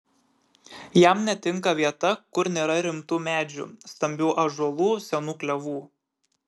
jam netinka vieta kur nėra rimtų medžių stambių ąžuolų senų klevų